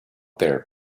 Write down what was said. there